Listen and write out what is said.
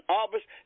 office